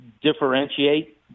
differentiate